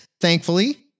Thankfully